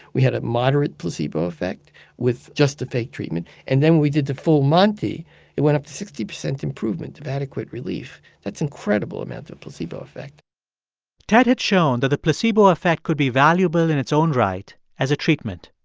we had a moderate placebo effect with just a fake treatment. and then we did the full monty it went up to sixty percent improvement of adequate relief that's incredible amount of placebo effect ted had shown that the placebo effect could be valuable in its own right as a treatment.